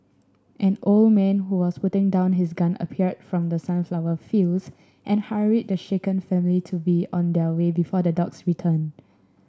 an old man who was putting down his gun appeared from the sunflower fields and hurried the shaken family to be on their way before the dogs return